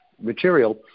material